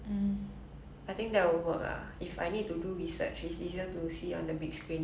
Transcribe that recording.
laptop would probably be Apple 苹果 but